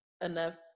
enough